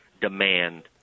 demand